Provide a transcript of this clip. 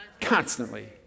Constantly